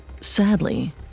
Sadly